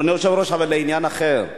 אדוני היושב-ראש, לעניין אחר: